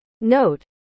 Note